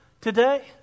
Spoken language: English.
today